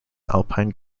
alpine